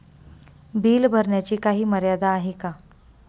Bill भरण्याची काही मर्यादा आहे का?